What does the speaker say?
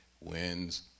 wins